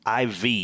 IV